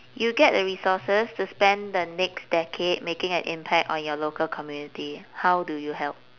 you get the resources to spend the next decade making an impact on your local community how do you help